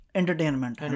entertainment